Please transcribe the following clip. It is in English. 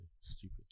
stupid